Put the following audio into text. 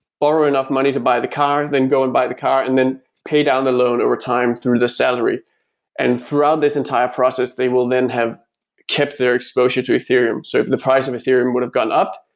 borrow enough money to buy the car, then go and buy the car and then pay down the loan over time through the salary and throughout this entire process, they will then have kept their exposure to ethereum. if so the price of ethereum would have gone up,